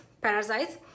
parasites